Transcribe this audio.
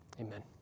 Amen